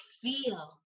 feel